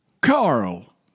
Carl